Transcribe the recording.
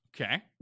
Okay